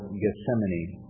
gethsemane